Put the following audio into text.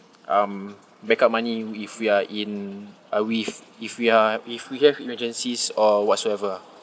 um backup money if we are in uh we've if we are if we have emergencies or whatsoever